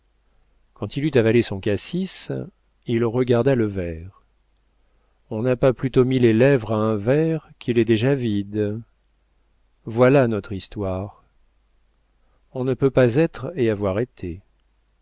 quand il eut avalé son cassis il regarda le verre on n'a pas plutôt mis les lèvres à un verre qu'il est déjà vide voilà notre histoire on ne peut pas être et avoir été